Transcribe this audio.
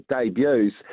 debuts